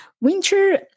Winter